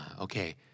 Okay